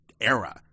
era